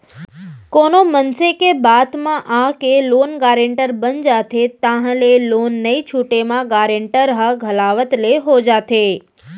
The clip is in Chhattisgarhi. कोनो मनसे के बात म आके लोन गारेंटर बन जाथे ताहले लोन नइ छूटे म गारेंटर ह घलावत ले हो जाथे